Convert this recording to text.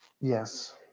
Yes